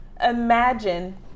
imagine